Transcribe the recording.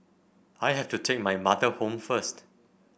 I have to take my mother home first